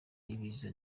ibiza